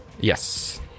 Yes